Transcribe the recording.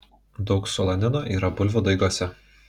daug solanino yra bulvių daiguose